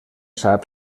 sap